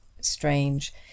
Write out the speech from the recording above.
strange